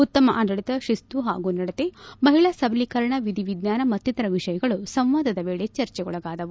ಉತ್ತಮ ಆಡಳಿತ ತಿಸ್ತು ಹಾಗೂ ನಡತೆ ಮಹಿಳಾ ಸಬಲೀಕರಣ ವಿಧಿ ವಿಜ್ಞಾನ ಮತ್ತಿತರ ವಿಷಯಗಳು ಸಂವಾದದ ವೇಳೆ ಚರ್ಚೆಗೊಳಗಾದವು